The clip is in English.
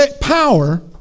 power